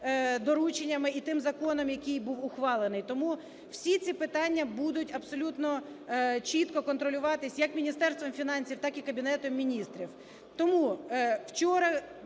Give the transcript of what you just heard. дорученнями і тим законом, який був ухвалений. Тому всі ці питання будуть абсолютно чітко контролюватись як Міністерством фінансів, так і Кабінетом Міністрів.